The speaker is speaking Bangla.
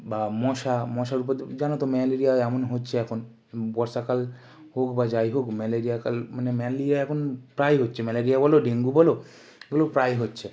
বা মশা মশার উপদ্রব জানো তো ম্যালেরিয়ায় এমন হছে এখন বর্ষাকাল হোক বা যাই হোক ম্যালেরিয়াকাল মানে ম্যালেরিয়া এখন প্রায়ই হচ্ছে ম্যালেরিয়া বল ডেঙ্গু বল এগুলো প্রায়ই হচ্ছে